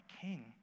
king